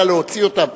אלא להוציא אותם.